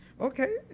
okay